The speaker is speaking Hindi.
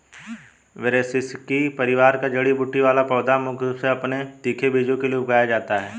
ब्रैसिसेकी परिवार का जड़ी बूटी वाला पौधा मुख्य रूप से अपने तीखे बीजों के लिए उगाया जाता है